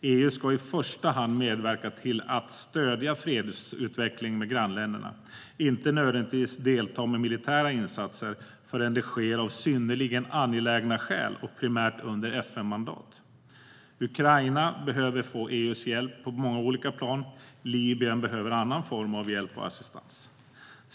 EU ska i första hand medverka till att stödja fredsutveckling med grannländerna och inte nödvändigtvis delta med militära insatser förrän det sker av synnerligen angelägna skäl och primärt under FN-mandat. Ukraina behöver EU:s hjälp på många olika plan. Libyen behöver en annan form av hjälp och assistans.